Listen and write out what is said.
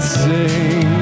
sing